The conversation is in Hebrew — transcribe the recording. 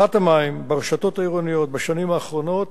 פחת המים ברשתות העירוניות בשנים האחרונות